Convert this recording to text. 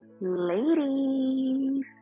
Ladies